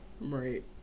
right